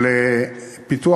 עם כניסתי לתפקיד,